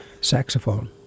saxophone